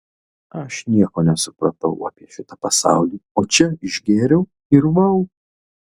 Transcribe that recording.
aš nieko nesupratau apie šitą pasaulį o čia išgėriau ir vau